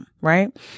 right